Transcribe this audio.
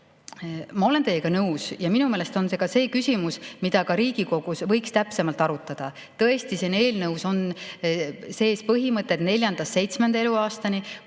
Ma olen teiega nõus ja minu meelest on see ka küsimus, mida Riigikogus võiks täpsemalt arutada. Tõesti, siin eelnõus on sees põhimõte, et neljandast